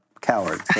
coward